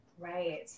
Right